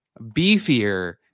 Beefier